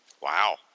Wow